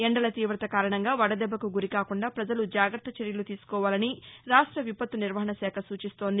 ఎండల తీవత కారణంగా వడదెబ్బకు గురి కాకుండా ప్రజలు జాగత్త చర్యలు తీసుకోవాలని రాష్ట్ర విపత్తు నిర్వహణాశాఖ సూచిస్తోంది